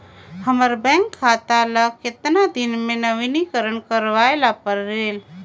हमर बैंक खाता ले कतना दिन मे नवीनीकरण करवाय ला परेल?